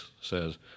says